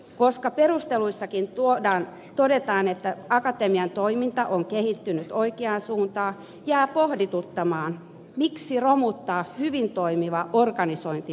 koska perusteluissakin todetaan että akatemian toiminta on kehittynyt oikeaan suuntaan jää pohdituttamaan miksi romuttaa hyvin toimiva organisointimalli